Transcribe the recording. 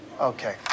Okay